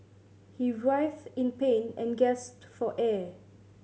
he writhed in pain and gasped for air